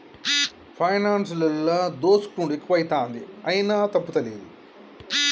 పైనాన్సులల్ల దోసుకునుడు ఎక్కువైతంది, అయినా తప్పుతలేదు